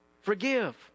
forgive